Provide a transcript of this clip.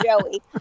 Joey